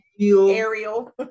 ariel